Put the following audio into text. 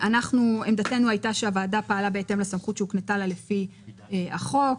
עמדתנו הייתה שהוועדה פעלה בהתאם לסמכות שהוקנתה לה לפי החוק,